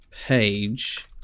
page